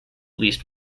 least